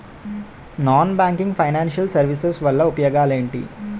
Non banking financial services వల్ల ఉపయోగాలు ఎంటి?